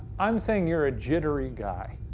i'm saying you're a jittery guy.